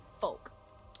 folk